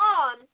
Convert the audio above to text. on